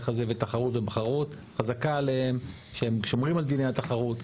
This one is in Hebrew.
הזה ותחרות ו-"בחרות" חזקה עליהם שהם שומרים על דיני התחרות.